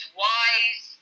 wise